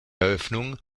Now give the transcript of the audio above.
eröffnung